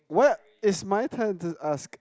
what it's my turn to ask